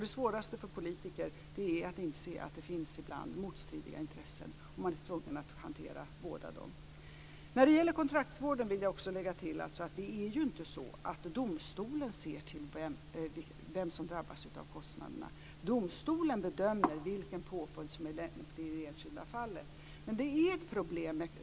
Det svåraste för politiker är att inse att det ibland finns motstridiga intressen, och att man är tvungen att hantera båda. När det gäller kontraktsvården vill jag lägga till att det inte är så att domstolen ser till vem som drabbas av kostnaderna. Domstolen bedömer vilken påföljd som är lämplig i den enskilda fallet.